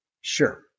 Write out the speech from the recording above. Sure